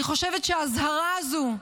אני חושבת שהאזהרה הזאת,